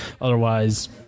otherwise